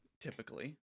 typically